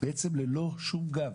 בעצם ללא שום גב.